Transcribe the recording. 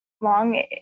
long